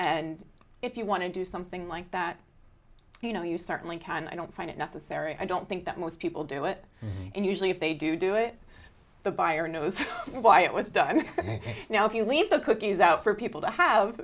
and if you want to do something like that you know you certainly can i don't find it necessary i don't think that most people do it and usually if they do do it the buyer knows why it was done now if you leave the cookies out for people to have